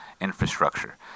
infrastructure